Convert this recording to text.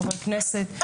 חברי הכנסת,